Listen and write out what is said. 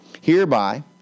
Hereby